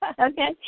Okay